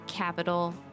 Capital